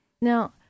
Now